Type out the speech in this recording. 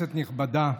כנסת נכבדה,